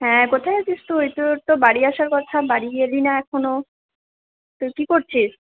হ্যাঁ কোথায় আছিস তুই তোর তো বাড়ি আসার কথা বাড়ি এলি না এখনও তো কী করছিস